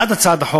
עד הצעת החוק